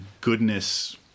goodness